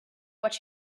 watch